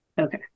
Okay